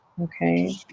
Okay